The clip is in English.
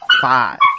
five